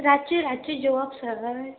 रातचें रातचें जेवप सर